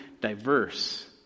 diverse